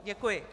Děkuji.